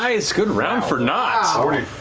nice, good round for nott.